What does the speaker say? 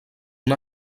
una